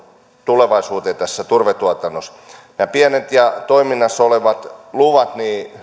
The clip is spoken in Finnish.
tulevaisuuteen tässä turvetuotannossa on hyvä että nämä pienet alueet ja toiminnassa olevat luvat